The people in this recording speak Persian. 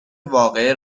واقعه